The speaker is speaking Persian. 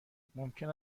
ممکن